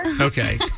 Okay